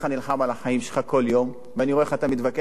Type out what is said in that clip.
החיים שלך כל יום ואני רואה איך אתה מתווכח עם אמא?